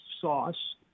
sauce